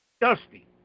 Dusty